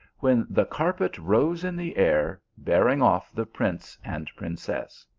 when the carpet rose in the air, bearing off the prince and princess.